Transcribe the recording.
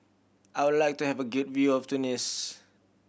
I would like to have a good view of Tunis